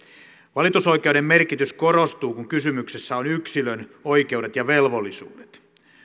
valitusoikeuden merkitys korostuu kun kysymyksessä ovat yksilön oikeudet ja velvollisuudet